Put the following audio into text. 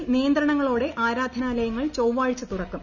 കേരളത്തിൽ നിയന്ത്രണങ്ങളോടെ ആരാധനാലയ ങ്ങൾ ചൊവ്വാഴ്ച തുറക്കും